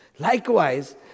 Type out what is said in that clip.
Likewise